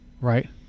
right